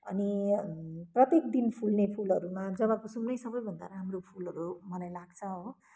अनि प्रत्येक दिन फुल्ने फुलहरूमा जवाकुसुम नै सबैभन्दा राम्रो फुलहरू मलाई लाग्छ हौ